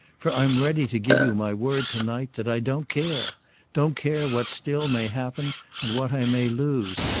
for i'm ready to give you my word to-night that i don't care don't care what still may happen and what i may lose.